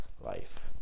life